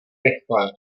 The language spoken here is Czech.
rychle